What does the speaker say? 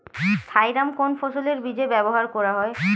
Thiram কোন ফসলের বীজে ব্যবহার করা হয়?